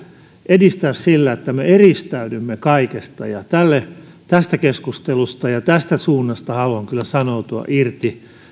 edistää sillä että me eristäydymme kaikesta ja tästä keskustelusta ja tästä suunnasta haluan kyllä sanoutua irti